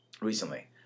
recently